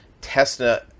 Tesla